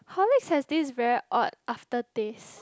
Horlicks has this very odd after taste